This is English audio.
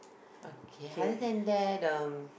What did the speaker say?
okay other than that um